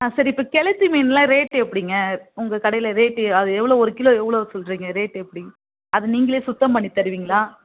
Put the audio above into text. ஆ சரி இப்போ கெளுத்தி மீனெல்லாம் ரேட் எப்படிங்க உங்கள் கடையில் ரேட் அது எவ்வளோ ஒரு கிலோ எவ்வளோ சொல்கிறீங்க ரேட் எப்படி அதை நீங்களே சுத்தம் பண்ணி தருவீங்களா